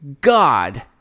God